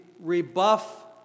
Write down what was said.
rebuff